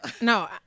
No